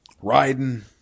riding